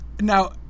Now